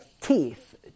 teeth